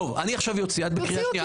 אני חייב לשאול אותך שאלה,